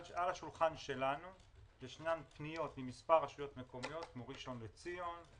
על השולחן שלנו יש פניות ממספר רשויות מקומיות כמו ראשון לציון,